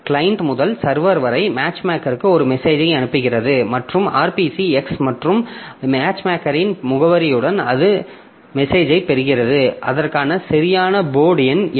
client முதல் server வரை மேட்ச்மேக்கருக்கு ஒரு மெசேஜை அனுப்புகிறது மற்றும் RPC X மற்றும் மேட்ச்மேக்கரின் முகவரியுடன் அது மெசேஜைப் பெறுகிறது அதற்கான சரியான போர்ட் எண் எது